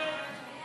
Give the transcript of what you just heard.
מנואל טרכטנברג,